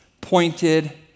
pointed